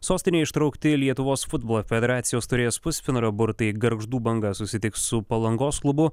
sostinėj ištraukti lietuvos futbolo federacijos taurės pusfinalio burtai gargždų banga susitiks su palangos klubu